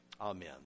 amen